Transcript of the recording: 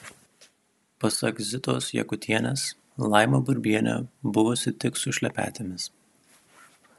pasak zitos jakutienės laima burbienė buvusi tik su šlepetėmis